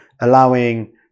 allowing